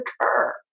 occur